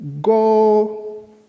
Go